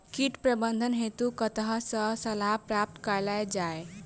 कीट प्रबंधन हेतु कतह सऽ सलाह प्राप्त कैल जाय?